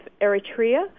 Eritrea